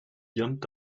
jumped